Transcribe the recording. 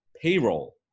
payroll